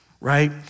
right